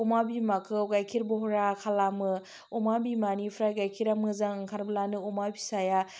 अमा बिमाखौ गायखेर बहरा खालामो अमा बिमानिफ्राय गायखेरा मोजां ओंखारब्लानो अमा फिसाया